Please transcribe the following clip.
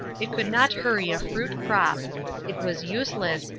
it could not hurry a fruit crop it was useless,